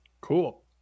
Cool